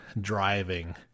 driving